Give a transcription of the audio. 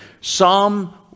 Psalm